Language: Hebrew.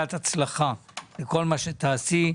ברכת הצלחה בכל מה שתעשי,